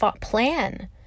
plan